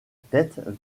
tête